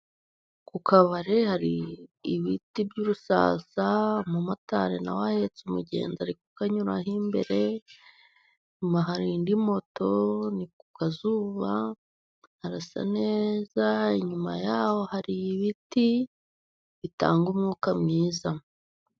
ku kabari hari ibiti by'ubusasa umumotari nawe ahetse umugenzi ari ku kanyuraho imbere inyuma hari indi moto ni ku kazuba harasa neza inyuma yaho hari ibiti bitanga umwuka mwiza